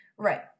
Right